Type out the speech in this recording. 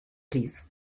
please